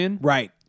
Right